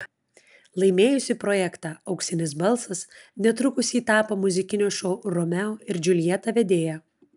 laimėjusi projektą auksinis balsas netrukus ji tapo muzikinio šou romeo ir džiuljeta vedėja